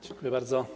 Dziękuję bardzo.